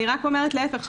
אני אומרת להיפך,